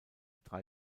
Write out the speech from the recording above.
drei